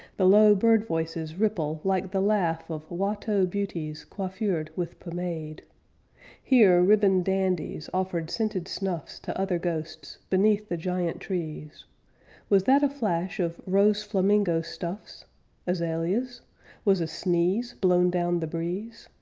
the low bird-voices ripple like the laugh of watteau beauties coiffured, with pomade here ribboned dandies offered scented snuffs to other ghosts, beneath the giant trees was that a flash of rose-flamingo stuffs azaleas was a sneeze blown down the breeze?